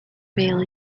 pale